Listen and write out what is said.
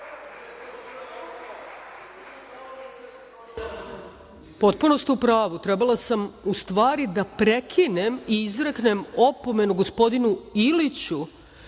Potpuno ste u pravu, trebalo je u stvari da prekinem i izreknem opomenu gospodinu Iliću,